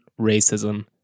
racism